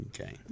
okay